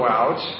out